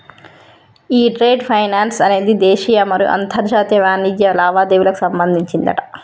ఈ trade finance అనేది దేశీయ మరియు అంతర్జాతీయ వాణిజ్య లావాదేవీలకు సంబంధించిందట